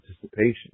participation